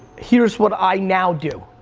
here's what i now do.